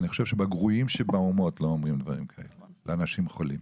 אני חושב שבגרועים שבהומות לא אומרים דברים כאלה לאנשים חולים.